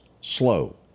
slow